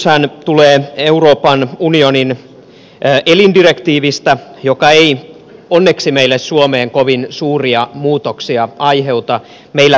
tämä esityshän tulee euroopan unionin elindirektiivistä joka ei onneksi meille suomeen kovin suuria muutoksia aiheuta